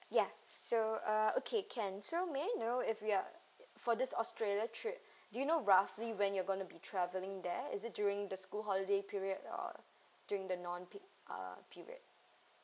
ya so uh okay can so may I know if you're for this australia trip do you know roughly when you're going to be traveling there is it during the school holiday period or during the non peak uh period